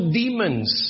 demons